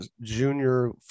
junior